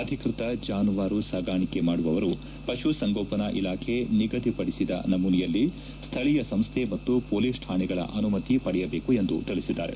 ಅಧಿಕೃತ ಜಾನುವಾರು ಸಾಗಾಣಿಕೆ ಮಾಡುವವರು ಪಶು ಸಂಗೋಪಣಾ ಇಲಾಖೆ ನಿಗಧಿಪಡಿಸಿದ ನಮೂನೆಯಲ್ಲಿ ಸ್ಥಳೀಯ ಸಂಸ್ಥೆ ಮತ್ತು ಪೊಲೀಸ್ ಕಾಣೆಗಳ ಅನುಮತಿ ಪಡೆಯದೇಕು ಎಂದು ತಿಳಿಸಿದ್ದಾರೆ